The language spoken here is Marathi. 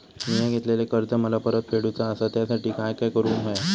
मिया घेतलेले कर्ज मला परत फेडूचा असा त्यासाठी काय काय करून होया?